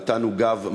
נתנו גב מלא,